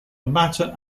matter